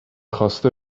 خواسته